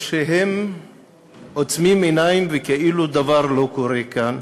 או שהם עוצמים עיניים וכאילו דבר לא קורה כאן?